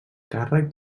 càrrec